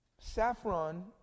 Saffron